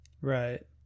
right